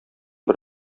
бер